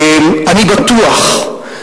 אני בטוח,